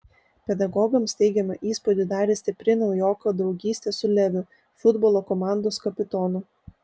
pedagogams teigiamą įspūdį darė stipri naujoko draugystė su leviu futbolo komandos kapitonu